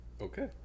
Okay